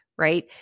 right